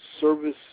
service